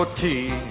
tea